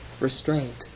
restraint